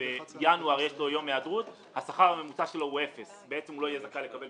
אנחנו רוצים להקל למשל